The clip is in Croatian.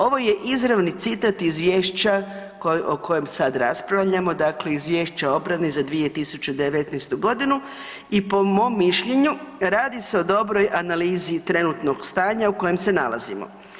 Ovo je izravni citat izvješća o kojem sad raspravljamo, dakle Izvješća obrane za 2019. g. i po mom mišljenju, radi se o dobroj analizi trenutnog stanja u kojem se nalazimo.